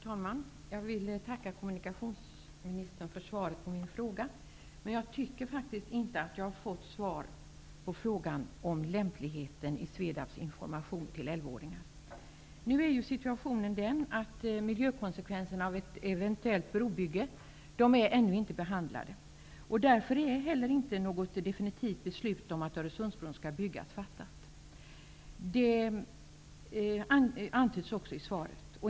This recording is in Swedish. Herr talman! Jag vill tacka kommunikationsministern för svaret på min fråga. Jag tycker faktiskt inte att jag har fått svar på frågan om lämpligheten i Svedabs information till elvaåringar. Miljökonsekvenserna av ett eventuellt brobygge är ännu inte behandlade. Därför är heller inte något definitivt beslut om att Öresundsbron skall byggas fattat. Det antyds också i svaret.